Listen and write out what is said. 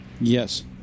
Yes